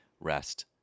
rest